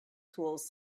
tools